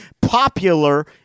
popular